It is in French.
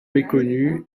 méconnue